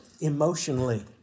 emotionally